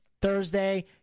Thursday